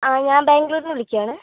ആ ഞാൻ ബാംഗ്ളൂരിൽ നിന്നാണ് വിളിക്കുന്നത്